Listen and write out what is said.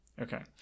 Okay